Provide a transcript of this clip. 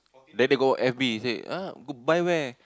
later go F_B he say ah buy where